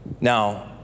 Now